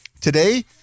Today